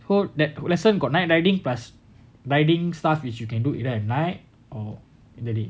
so lesson got night riding plus riding stars if you can do either at night or in the day